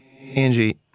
Angie